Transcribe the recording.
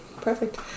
Perfect